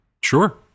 Sure